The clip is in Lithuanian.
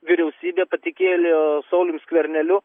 vyriausybė patikėjo sauliumi skverneliu